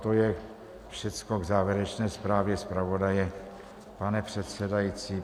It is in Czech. To je všechno k závěrečné zprávě zpravodaje, pane předsedající.